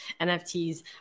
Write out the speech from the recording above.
NFTs